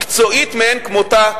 מקצועית מאין כמותה,